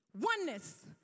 oneness